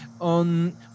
on